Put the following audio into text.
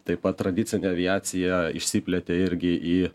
taip pat tradicinė aviacija išsiplėtė irgi į